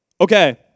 Okay